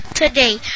today